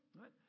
right